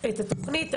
את התוכנית,